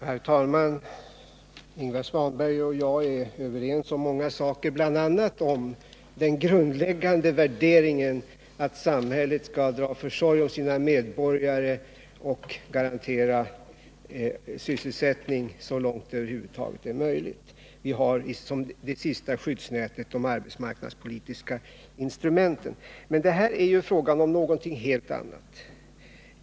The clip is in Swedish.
Herr talman! Ingvar Svanberg och jag är överens om många saker, bl.a. om den grundläggande värderingen att samhället skall dra försorg om sina medborgare och garantera sysselsättning så långt det över huvud taget är möjligt. Vi har som det sista skyddsnätet de arbetsmarknadspolitiska instrumenten. Men det här är ju fråga om något helt annat.